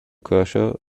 kirche